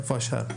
איפה השאר?